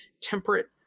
temperate